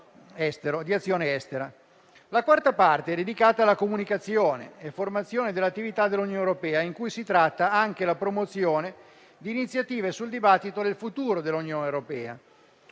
La quarta parte è dedicata alla comunicazione e formazione delle attività dell'Unione europea, in cui si tratta anche la promozione di iniziative sul dibattito del futuro dell'Unione europea.